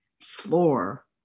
floor